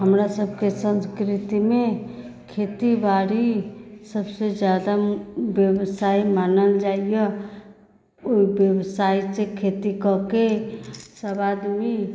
हमरासबके संस्कृतिमे खेती बाड़ी सबसे जादा व्यवसाय मानल जाइया ओहि व्यवसाय से खेती कऽ के सब आदमी